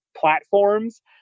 platforms